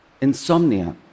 Insomnia